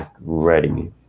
ready